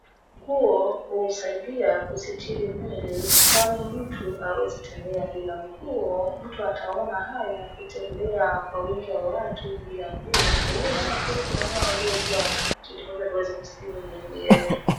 Nguo husaidia kusitiri mwili kwani mtu hawezi tembea bila nguo, mtu ataona haya kutembea kwa wingi wa watu bila nguo. Kwa hivyo ni vizuri kununua gari kila wakati ndiposa tuweze kusitiri miili yetu.